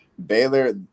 Baylor